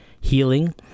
healing